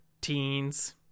Teens